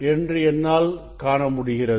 என்று என்னால் காண முடிகிறது